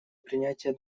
принятия